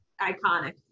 Iconic